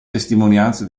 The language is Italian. testimonianze